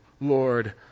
Lord